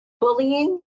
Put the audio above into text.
bullying